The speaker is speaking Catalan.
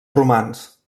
romans